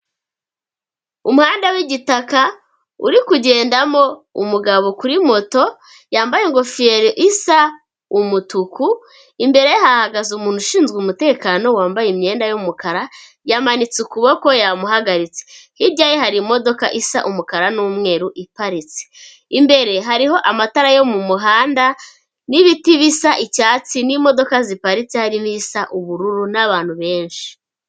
Umuhanda w'igitaka urikugendamo umugabo kuri moto yambaye ingofero isa umutuku, imbere ye hahagaze umuntu ushinzwe umutekano wambaye imyenda y'umukara, yamanitse ukuboko yamuhagaritse. Hirya ye hari imodoka isa umukara n'umweru iparitse. Imbere hariho amatara yo mu muhanda, n'ibiti bisa icyatsi n'imodoka ziparitse harimo isa ubururu n'abantu benshi.